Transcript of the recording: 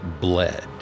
bled